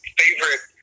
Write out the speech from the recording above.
favorite